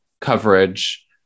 coverage